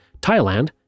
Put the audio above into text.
Thailand